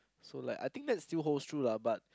so like I think that's still holds true lah but